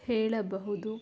ಹೇಳಬಹುದು